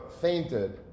fainted